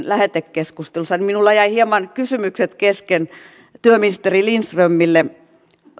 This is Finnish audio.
lähetekeskustelussa niin minulla jäivät hieman kysymykset kesken työministeri lindströmille